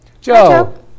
Joe